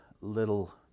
little